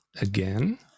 again